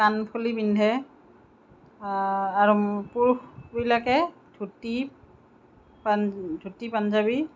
কাণফুলি পিন্ধে আৰু পুৰুষবিলাকে ধুতি পান্ ধুতি পাঞ্জাৱী